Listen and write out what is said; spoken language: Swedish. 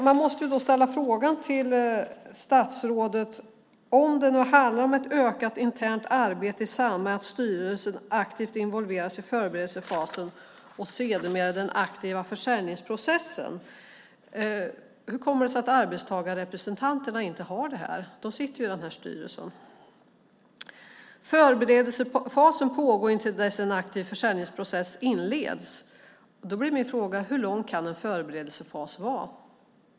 Jag måste då ställa följande fråga till statsrådet. Om det nu handlar om ett ökat internt arbete i samband med att styrelsen aktivt involveras i förberedelsefasen och sedermera den aktiva försäljningsprocessen, hur kommer det sig då att arbetstagarrepresentanterna som sitter i denna styrelse inte har detta arvode? Förberedelsefasen pågår till dess att en aktiv försäljningsprocess inleds. Då blir min fråga: Hur lång kan en förberedelsefas vara?